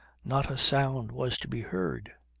not a sound was to be heard.